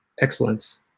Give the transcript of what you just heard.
excellence